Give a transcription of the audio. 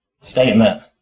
statement